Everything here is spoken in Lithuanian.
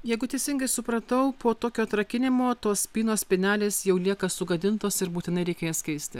jeigu teisingai supratau po tokio atrakinimo tos spynos spynelės jau lieka sugadintos ir būtinai reikia jas keisti